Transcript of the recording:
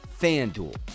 FanDuel